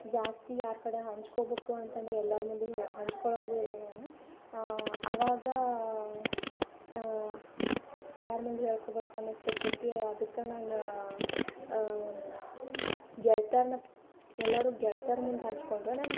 ಜಾಸ್ತಿ ಯಾರ ಕಡೆ ಹಂಚ್ಕೋಬೇಕು ಅಂತಂದ್ರೆ ಎಲ್ಲಾರ ಮುಂದೂ ಹಂಚ್ಕೊಳಂಗೂ ಇಲ್ಲ ನಾನು ಅವಾಗ ಯಾರ ಮುಂದೂ ಹೇಳ್ಕೋಬೇಕ್ ಅನಿಸ್ತಿರ್ತೈತಿ ಅದಕ್ಕೆ ನಾನು ಗೆಳ್ತ್ಯಾರನ್ನ ಎಲ್ಲರೂ ಗೆಳ್ತ್ಯಾರ ಮುಂದೆ ಹಂಚ್ಕೊಂಡ್ರೆ ನಾನು